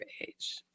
age